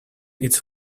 its